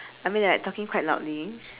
I mean like talking quite loudly